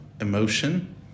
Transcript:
emotion